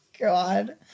god